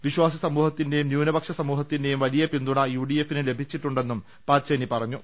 വിശ്വാസി സമൂഹത്തിന്റെയും ന്യൂനപക്ഷ സമൂഹത്തിന്റെയും വലിയ പിന്തുണ യു ഡി എഫിന് ലഭിച്ചിട്ടുണ്ടെന്നും പാച്ചേനി പറഞ്ഞു